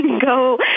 go